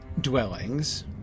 dwellings